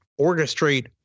orchestrate